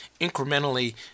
incrementally